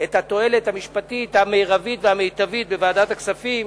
את התועלת המשפטית המרבית והמיטבית בוועדת הכספים.